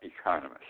economists